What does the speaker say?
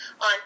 On